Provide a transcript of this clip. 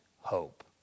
hope